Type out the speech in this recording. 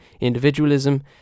individualism